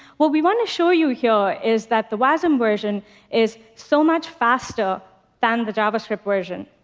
what we want to show you here is that the wasm version is so much faster than the javascript version.